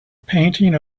painting